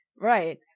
right